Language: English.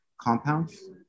compounds